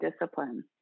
discipline